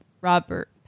Robert